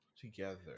together